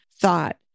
thought